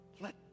Let